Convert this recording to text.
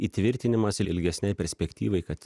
įtvirtinimas il ilgesnei perspektyvai kad